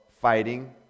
fighting